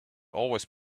always